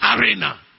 arena